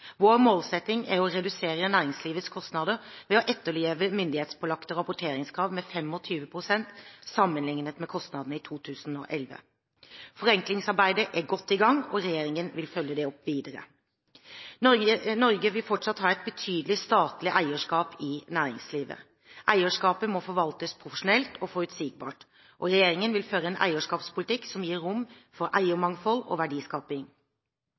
Vår målsetting er å redusere næringslivets kostnader – ved å etterleve myndighetspålagte rapporteringskrav – med 25 pst. sammenlignet med kostnadene i 2011. Forenklingsarbeidet er godt i gang, og regjeringen vil følge det opp videre. Norge vil fortsatt ha et betydelig statlig eierskap i næringslivet. Eierskapet må forvaltes profesjonelt og forutsigbart, og regjeringen vil føre en eierskapspolitikk som gir rom for eiermangfold og verdiskaping.